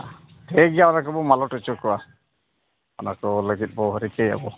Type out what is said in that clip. ᱴᱷᱤᱠ ᱜᱮᱭᱟ ᱚᱱᱟ ᱠᱚᱵᱚ ᱢᱟᱞᱚᱴ ᱦᱚᱪᱚ ᱠᱚᱣᱟ ᱚᱱᱟ ᱠᱚ ᱞᱟᱹᱜᱤᱫ ᱵᱚᱱ ᱨᱤᱠᱟᱹᱭᱟᱵᱚᱱ